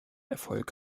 erfolg